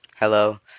Hello